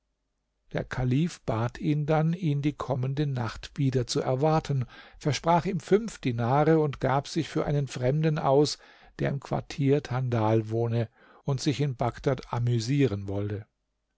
der kalif bat ihn dann ihn die kommende nacht wieder zu erwarten versprach ihm fünf dinare und gab sich für einen fremden aus der im quartier thandal wohne und sich in bagdad amüsieren wolle